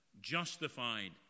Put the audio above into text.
justified